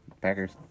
Packers